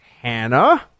Hannah